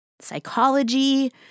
psychology